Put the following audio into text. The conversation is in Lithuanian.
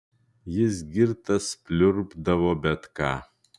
jis girtas pliurpdavo bet ką